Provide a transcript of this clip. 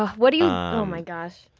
what do you? oh my gosh.